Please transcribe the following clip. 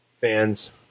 Fans